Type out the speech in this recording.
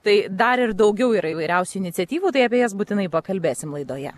tai dar ir daugiau yra įvairiausių iniciatyvų tai apie jas būtinai pakalbėsim laidoje